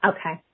Okay